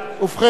ובכן,